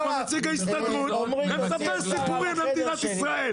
ואז יושב פה נציג ההסתדרות ומספר סיפורים למדינת ישראל.